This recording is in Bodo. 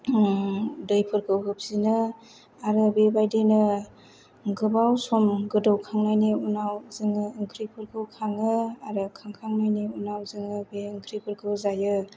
दैफोरखौ होफिनो आरो बेबायदिनो गोबाव सम गोदौखांनायनि उनाव जोङो ओंख्रिफोरखौ खाङो आरो खांखांनायनि उनाव जोङो बे ओंख्रिफोरखौ जायो